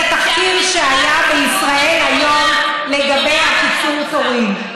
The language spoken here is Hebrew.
התחקיר שהיה בישראל היום לגבי קיצור התורים.